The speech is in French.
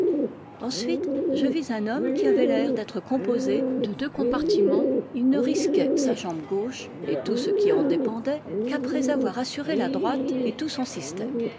ensuite je vis un homme qui avait l'air d'être composé de deux compartiments il ne risquait sa jambe gauche et tout ce qui en dépendait qu'après avoir assuré la droite et tout son système